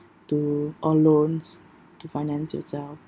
to or loans to finance yourself